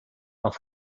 auf